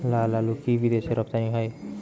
লালআলু কি বিদেশে রপ্তানি হয়?